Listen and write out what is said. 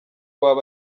baba